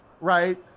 right